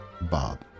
Bob